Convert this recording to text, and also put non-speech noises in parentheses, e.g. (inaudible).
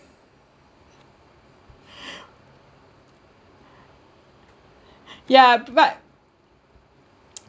(breath) (laughs) yeah but (noise)